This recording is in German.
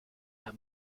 der